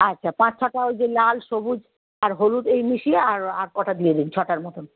আচ্ছা পাঁচ ছটা ওই যে লাল সবুজ আর হলুদ এই মিশিয়ে আর আর কটা দিয়ে দিন ছটার মতন